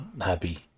happy